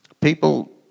People